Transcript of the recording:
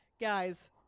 guys